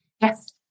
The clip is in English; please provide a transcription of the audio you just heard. yes